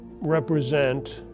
represent